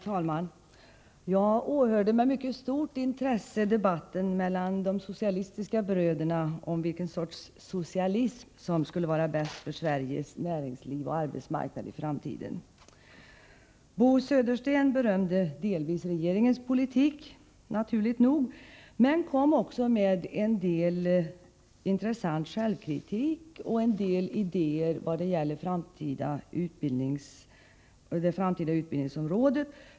Herr talman! Jag åhörde med mycket stort intresse debatten mellan de socialistiska bröderna om vilken sorts socialism som skulle vara bäst för Sveriges näringsliv och arbetsmarknad i framtiden. Bo Södersten berömde delvis regeringens politik, naturligt nog, men kom också med en intressant självkritik rörande en del idéer om det framtida utbildningsområdet.